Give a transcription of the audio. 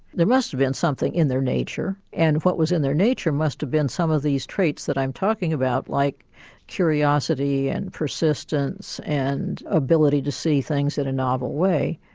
there must have been something in their nature and what was in their nature must have been some of these traits that i'm talking about like curiosity and persistence and ability to see things in a novel way.